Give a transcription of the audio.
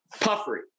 Puffery